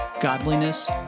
godliness